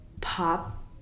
pop